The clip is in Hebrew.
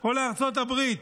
או לארצות הברית?